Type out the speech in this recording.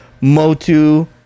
Motu